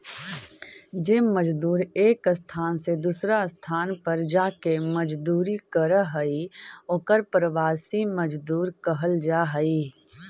जे मजदूर एक स्थान से दूसर स्थान पर जाके मजदूरी करऽ हई ओकर प्रवासी मजदूर कहल जा हई